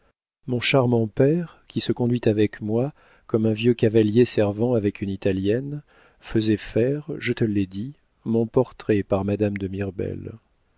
mon charmant père qui se conduit avec moi comme un vieux cavalier servant avec une italienne faisait faire je te l'ai dit mon portrait par madame de